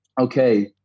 okay